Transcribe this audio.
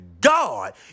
god